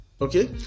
okay